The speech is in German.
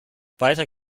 weiter